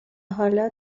حالا